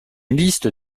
liste